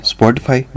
Spotify